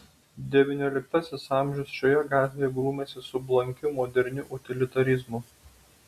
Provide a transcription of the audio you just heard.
devynioliktasis amžius šioje gatvėje grūmėsi su blankiu moderniu utilitarizmu